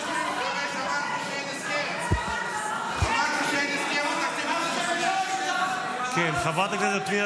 עבר כשאין הסכם --- חברת הכנסת פנינה